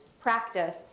practice